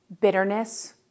bitterness